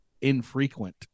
Infrequent